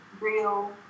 real